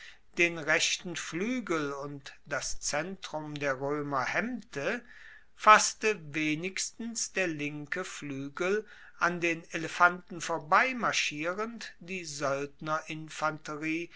den rechten fluegel und das zentrum der roemer hemmte fasste wenigstens der linke roemische fluegel an den elefanten vorbeimarschierend die